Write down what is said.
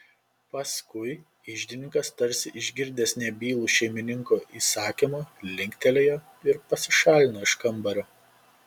paskui iždininkas tarsi išgirdęs nebylų šeimininko įsakymą linktelėjo ir pasišalino iš kambario